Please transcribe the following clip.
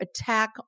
attack